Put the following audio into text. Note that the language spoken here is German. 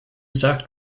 sagt